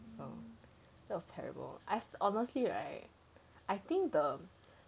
um that was terrible I honestly right I think the